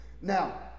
Now